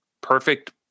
perfect